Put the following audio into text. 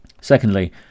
Secondly